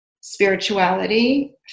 Spirituality